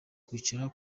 kwicara